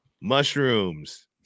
mushrooms